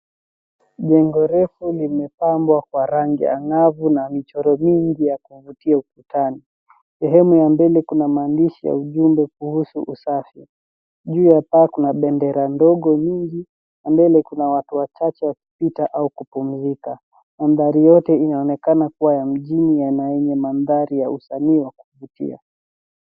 Jengo refu limepambwa kwa rangi ang’avu na michoro mingi ya kuvutia ukutani. Sehemu ya mbele kuna maandishi ya ujumbe kuhusu usafi. Juu ya paa kuna bendera ndogo nyingi na mbele, kuna watu wachache wakipita au kupumzika. Mandhari yote inaonekana kuwa ya mjini, na ya yenye mandhari ya usani wa kuvutia.